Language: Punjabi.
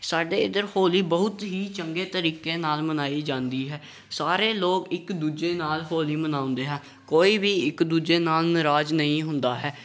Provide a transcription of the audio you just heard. ਸਾਡੇ ਇੱਧਰ ਹੋਲੀ ਬਹੁਤ ਹੀ ਚੰਗੇ ਤਰੀਕੇ ਨਾਲ ਮਨਾਈ ਜਾਂਦੀ ਹੈ ਸਾਰੇ ਲੋਕ ਇੱਕ ਦੂਜੇ ਨਾਲ ਹੋਲੀ ਮਨਾਉਂਦੇ ਹੈ ਕੋਈ ਵੀ ਇੱਕ ਦੂਜੇ ਨਾਲ ਨਰਾਜ ਨਹੀਂ ਹੁੰਦਾ ਹੈ